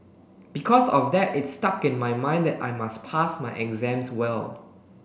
because of that it stuck in my mind and I must pass my exams well